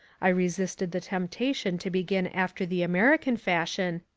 i resisted the temptation to begin after the american fashion,